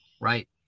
right